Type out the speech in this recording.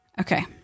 Okay